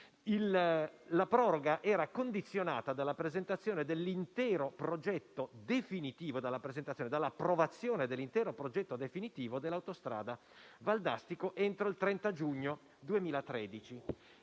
La proroga era condizionata all'approvazione dell'intero progetto definitivo dell'autostrada Valdastico entro il 30 giugno 2013.